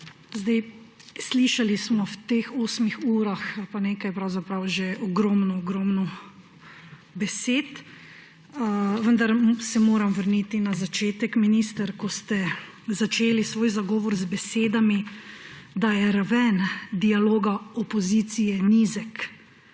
imenu. Slišali smo v teh osmih urah pa nekaj pravzaprav že ogromno, ogromno besed. Vendar se moram vrniti na začetek, minister, ko ste začeli svoj zagovor z besedami, da je raven dialoga opozicije nizek,